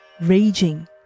raging